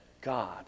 God